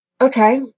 Okay